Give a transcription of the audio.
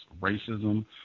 racism